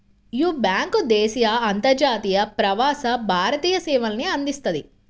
యీ బ్యేంకు దేశీయ, అంతర్జాతీయ, ప్రవాస భారతీయ సేవల్ని అందిస్తది